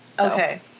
Okay